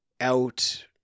out